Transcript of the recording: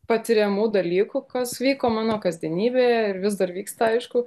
patiriamų dalykų kas vyko mano kasdienybėje ir vis dar vyksta aišku